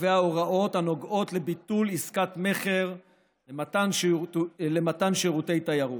קובע הוראות הנוגעות לביטול עסקת מכר למתן שירותי תיירות.